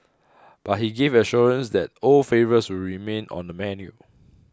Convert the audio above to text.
but he gave assurance that old favourites remain on the menu